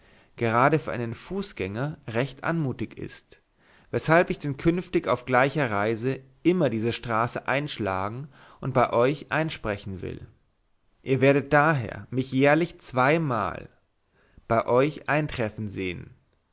gerade für einen fußgänger recht anmutig ist weshalb ich denn künftig auf gleicher reise immer diese straße einschlagen und bei euch einsprechen will ihr werdet daher mich jährlich zweimal bei euch eintreffen sehen